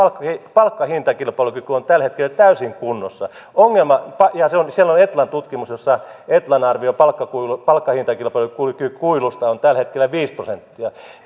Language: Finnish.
palkkahintakilpailukykymme on tällä hetkellä täysin kunnossa ja siellä on etlan tutkimus jossa etlan arvio palkkahintakilpailukykykuilusta on tällä hetkellä viisi prosenttia